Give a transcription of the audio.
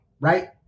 right